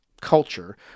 culture